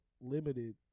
limited